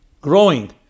growing